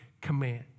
command